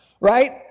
right